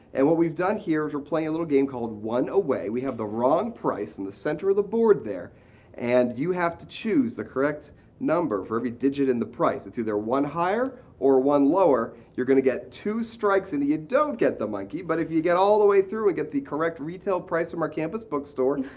and what we've done here is we're playing a little game called one away. we have the wrong price in the center of the board there and you have to choose the correct number for every digit in the price. it's either one higher or one lower. you're going to get two strikes and you don't get the monkey, but if you get all the way through and get the correct retail price from our campus bookstore,